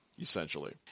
essentially